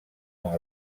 amb